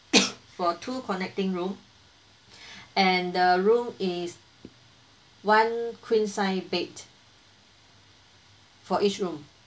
for two connecting room and the room is one queen size bed for each room